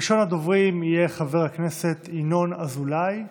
ראשון הדוברים יהיה חבר הכנסת ינון אזולאי,